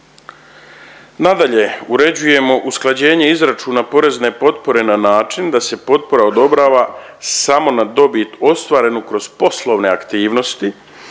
Nadalje, uređujemo usklađenje izračuna porezne potpore na način da se potpora odobrava samo na dobit ostvarenu kroz poslovne aktivnosti,